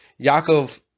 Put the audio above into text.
Yaakov